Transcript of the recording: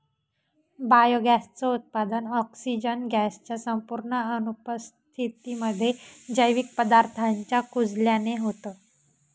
biogas च उत्पादन, oxygen gas च्या संपूर्ण अनुपस्थितीमध्ये, जैविक पदार्थांच्या कुजल्याने होतं